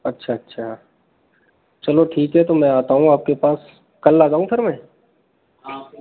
अच्छा अच्छा चलो ठीक हैं तो मैं आता हूँ आपके पास कल आ जाऊं फिर मैं